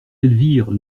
elvire